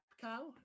Cow